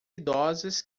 idosas